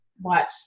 watch